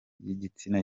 y’igitsina